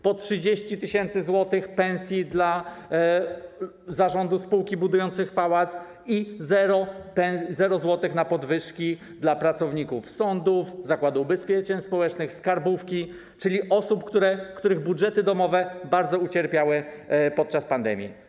Po 30 tys. zł pensji dla zarządu spółki budującej pałac i zero złotych na podwyżki dla pracowników sądów, Zakładu Ubezpieczeń Społecznych, skarbówki, czyli osób, których budżety domowe bardzo ucierpiały podczas pandemii.